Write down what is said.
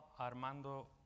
Armando